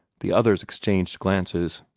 the others exchanged glances.